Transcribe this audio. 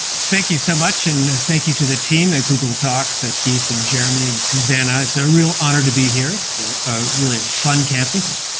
thank you so much. and thank you to the team at google talks ah keith, and jeremy, and susanna. it's a real honor to be here. it's ah ah really a fun campus.